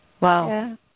Wow